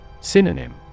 Synonym